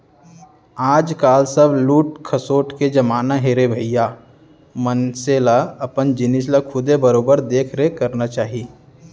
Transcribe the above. आज काल सब लूट खसोट के जमाना हे रे भइया मनसे ल अपन जिनिस ल खुदे बरोबर देख रेख करना चाही